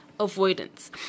avoidance